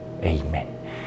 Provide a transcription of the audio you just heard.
Amen